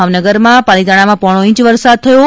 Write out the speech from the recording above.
ભાવનગરના પાલિતાણામાં પોણો ઇંચ વરસાદ થથો છે